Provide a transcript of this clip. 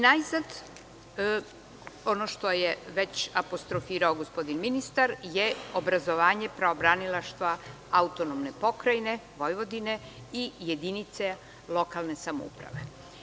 Najzad, ono što je već apostrofirao gospodin ministar, je obrazovanje pravobranilaštva AP Vojvodine i jedinice lokalne samouprave.